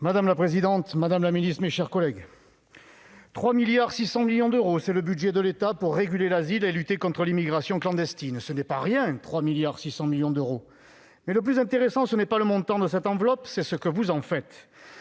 Madame la présidente, madame la ministre, mes chers collègues, 3,6 milliards d'euros, c'est le budget de l'État pour réguler l'asile et lutter contre l'immigration clandestine. Ce n'est pas rien ! Mais le plus intéressant, c'est non pas le montant de l'enveloppe, mais ce que vous en faites.